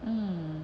mm